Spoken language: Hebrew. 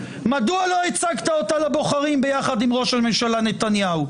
מדוע לא הצגת אותה לבוחרים ביחד עם ראש הממשלה נתניהו?